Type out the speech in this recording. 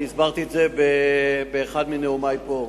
הסברתי את זה באחד מנאומי פה.